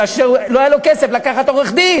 בגלל שלא היה לו כסף לקחת עורך-דין